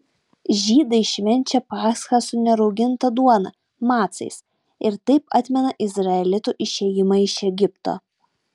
žydai švenčia paschą su nerauginta duona macais ir taip atmena izraelitų išėjimą iš egipto